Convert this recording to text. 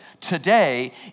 today